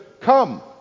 Come